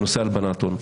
בנושא הלבנת ההון.